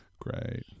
Great